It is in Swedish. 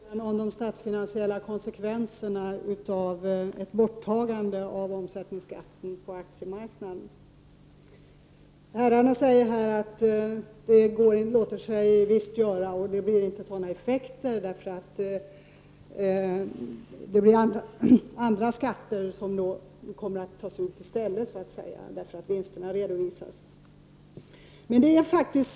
Herr talman! Först några ord i frågan om de statsfinansiella konsekvenserna av ett borttagande av omsättningsskatten på aktiemarknaden. Herrarna säger att ett sådant visst låter sig göra. Effekterna blir inte så svåra. Eftersom vinsterna redovisas, kommer andra skatter att tas ut i stället.